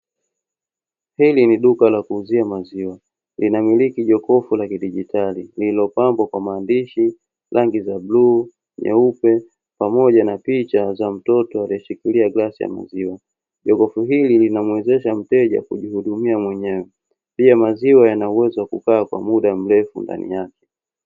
Hili ni duka la kuuzia maziwa linamiliki jokofu la kidigitali lilopambwa kwa maandishi, rangi za bluu, nyeupe, pamoja na picha za mtoto alieshikilia glasi ya maziwa. Jokofu hili linamuwezesha mteja kujihudumia mwenyewe, pia maziwa yana uwezo wa kukaa kwa muda mrefu ndani yake.